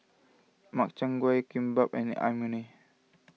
Makchang Gui Kimbap and Imoni